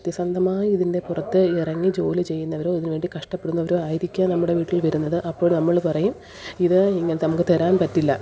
സത്യസന്ധമായി ഇതിൻ്റെ പുറത്ത് ഇറങ്ങി ജോലി ചെയ്യുന്നവരോ ഇതിനു വേണ്ടി കഷ്ടപ്പെടുന്നവരോ ആയിരിക്കാൻ നമ്മുടെ വീട്ടിൽ വരുന്നത് അപ്പോൾ നമ്മൾ പറയും ഇത് നമുക്ക് തരാൻ പറ്റില്ല